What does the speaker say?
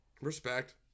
Respect